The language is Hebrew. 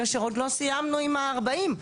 כאשר עוד לא סיימנו עם ה-40 ,